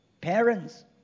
parents